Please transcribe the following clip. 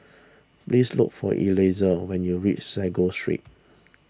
please look for Eliezer when you reach Sago Street